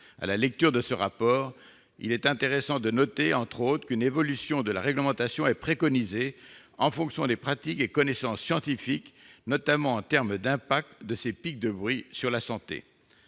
À la lecture de ce rapport, il est intéressant de noter, entre autres éléments, qu'une évolution de la réglementation est préconisée en fonction des pratiques et connaissances scientifiques, notamment en termes de conséquences de ces « pics de bruit » sur la santé.